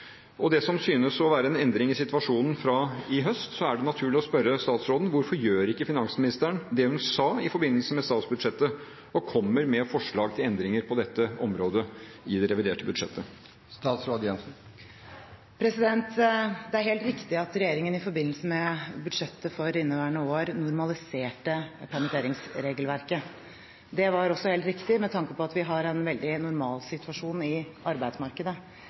det som synes å være en endring i situasjonen fra i høst, er det naturlig å spørre statsråden: Hvorfor gjør ikke finansministeren det hun sa i forbindelse med statsbudsjettet, og kommer med forslag til endringer på dette området i det reviderte budsjettet? Det er helt riktig at regjeringen i forbindelse med budsjettet for inneværende år normaliserte permitteringsregelverket. Det var også helt riktig med tanke på at vi har en veldig normal situasjon i arbeidsmarkedet.